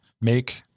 make